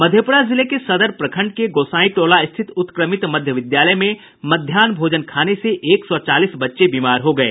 मधेपुरा जिले के सदर प्रखण्ड के गोसाईं टोला स्थित उत्क्रमित मध्य विद्यालय में मध्याह्न भोजन खाने से एक सौ चालीस बच्चे बीमार हो गये